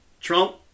Trump